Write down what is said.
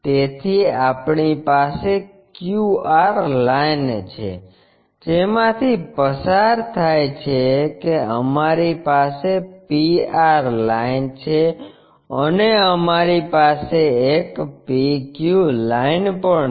તેથી આપણી પાસે QR લાઇન છે જેમાંથી પસાર થાય છે કે અમારી પાસે PR લાઇન છે અને અમારી પાસે એક PQ લાઇન પણ છે